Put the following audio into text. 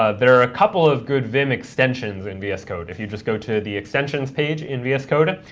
ah there are a couple of good vim extensions in vs code. if you just go to the extensions page in vs code,